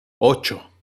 ocho